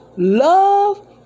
Love